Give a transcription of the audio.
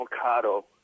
avocado